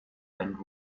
and